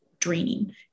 draining